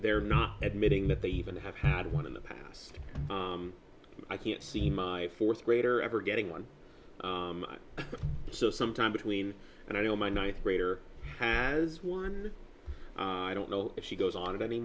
they're not admitting that they even have had one in the past i can't see my fourth grader ever getting one so sometime between and i know my ninth grader has one i don't know if she goes on it any